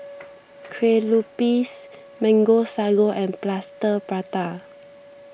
Lueh Lupis Mango Sago and Plaster Prata